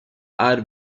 are